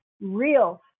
real